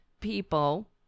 people